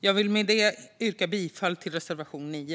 Jag vill med det yrka bifall till reservation 9.